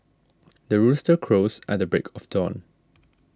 the rooster crows at the break of dawn